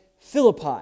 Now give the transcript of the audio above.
Philippi